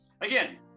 Again